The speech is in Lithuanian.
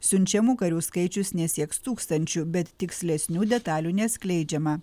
siunčiamų karių skaičius nesieks tūkstančių bet tikslesnių detalių neatskleidžiama